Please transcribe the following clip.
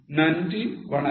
நன்றி வணக்கம்